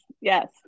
yes